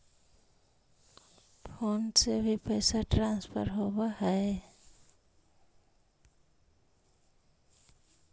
Phone से भी पैसा ट्रांसफर होवहै?